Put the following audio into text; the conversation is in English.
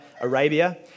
Arabia